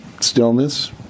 stillness